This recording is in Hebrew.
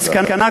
המסקנה,